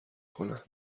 کنن